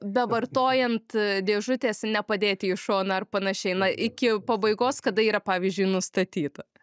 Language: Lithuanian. bevartojant dėžutės nepadėti į šoną ar panašiai na iki pabaigos kada yra pavyzdžiui nustatyta